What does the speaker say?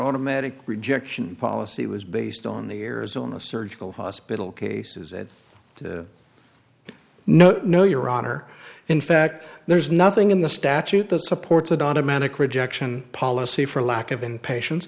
automatic rejection policy was based on the arizona surgical hospital cases it no no your honor in fact there's nothing in the statute the supports adata manic rejection policy for lack of in patien